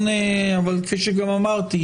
כפי שאמרתי,